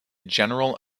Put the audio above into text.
general